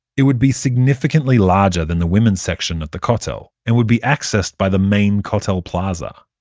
it would be significantly larger than the women's section at the kotel and would be accessed by the main kotel plaza.